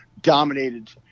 dominated